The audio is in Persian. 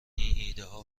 ایدهها